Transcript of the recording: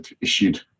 issued